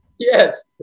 Yes